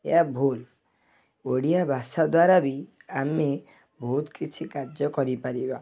ଏହା ଭୁଲ୍ ଓଡ଼ିଆ ଭାଷା ଦ୍ୱାରା ବି ଆମେ ବହୁତ କିଛି କାର୍ଯ୍ୟ କରିପାରିବା